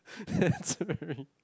sorry